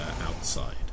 outside